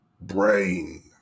brain